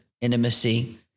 intimacy